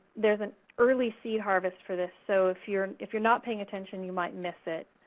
there's an early seed harvest for this, so if you're and if you're not paying attention, you might miss it.